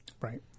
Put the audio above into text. right